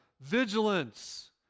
Vigilance